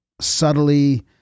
subtly